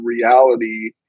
reality